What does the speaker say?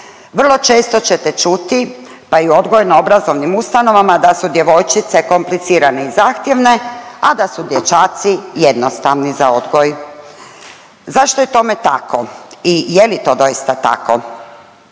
Vrlo često ćete čuti pa i u odgojno-obrazovnim ustanovama da su djevojčice komplicirane i zahtjevne, a da su dječaci jednostavni za odgoj. Zašto je tome tako i je li to doista tako?